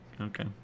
Okay